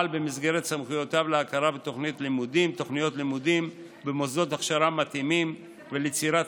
במסגרת סמכויותיו להכרה בתוכניות לימודים ובמוסדות הכשרה מתאימים וליצירת